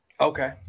Okay